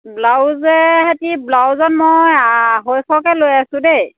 ব্লাউজে হেতি ব্লাউজত মই আঢ়ৈশকৈ লৈ আছো দেই